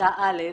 בכיתה א',